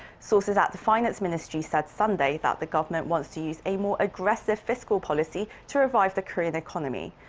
sources at the finance ministry said sunday that the government wants to use a more aggressive fiscal policy to revive the korean economy.